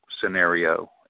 scenario